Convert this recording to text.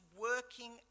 working